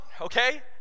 okay